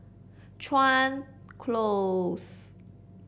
Chuan Close